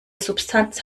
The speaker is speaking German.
substanz